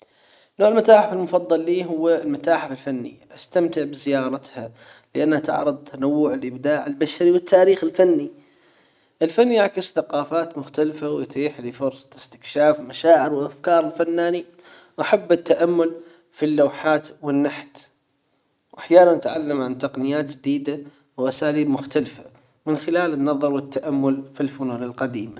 نوع المتاحف المفضل لي هو المتاحف الفنية أستمتع بزيارتها لأنها تعرض تنوع الابداع البشري والتاريخ الفني الفن يعكس ثقافات مختلفة ويتيح لي فرصة استكشاف مشاعر وأفكار الفنانين أحب التأمل في اللوحات والنحت وأحيانًا أتعلم عن تقنيات جديدة واساليب مختلفة من خلال النظر والتأمل في الفنون القديمة.